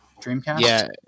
Dreamcast